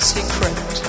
Secret